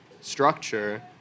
structure